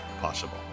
possible